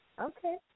okay